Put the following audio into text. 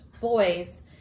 Boys